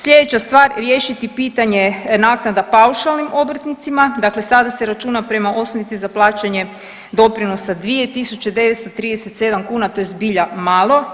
Slijedeća stvar riješiti pitanje naknada paušalnim obrtnicima, dakle sada se računa prema osnovici za plaćanje doprinosa 2.937 kuna, to je zbilja malo.